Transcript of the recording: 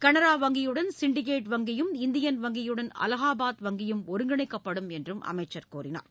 கனரா வங்கியுடன் சிண்டிகேட் வங்கியும் இந்தியன் வங்கியுடன் அலகாபாத் வங்கியும் ஒருங்கிணைக்கப்படும் என்றும் அமைச்சர் கூறினார்